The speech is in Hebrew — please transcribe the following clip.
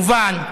מובן,